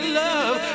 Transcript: love